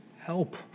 help